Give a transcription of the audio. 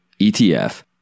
ETF